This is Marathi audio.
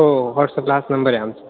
हो व्हॉट्सपला हाच नंबर आहे आमच्